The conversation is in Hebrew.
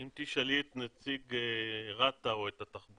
אם תשאלי את נציג רת"א או את התחבורה,